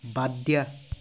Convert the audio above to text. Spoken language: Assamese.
বাদ দিয়া